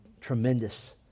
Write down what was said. tremendous